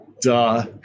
duh